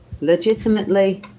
legitimately